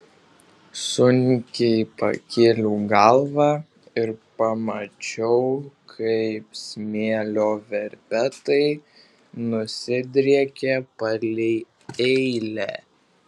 sunkiai pakėliau galvą ir pamačiau kaip smėlio verpetai nusidriekė palei eilę